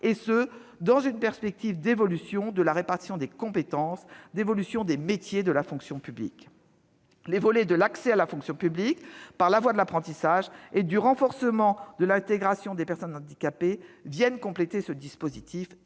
et ce dans une perspective d'évolution de la répartition des compétences et des métiers de la fonction publique. Les volets de l'accès à la fonction publique par la voie de l'apprentissage et du renforcement de l'intégration des personnes handicapées viennent compléter ce dispositif,